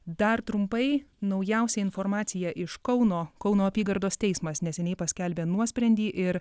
dar trumpai naujausia informacija iš kauno kauno apygardos teismas neseniai paskelbė nuosprendį ir